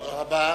תודה רבה.